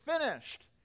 finished